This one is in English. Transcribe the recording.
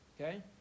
Okay